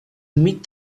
meet